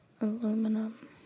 Aluminum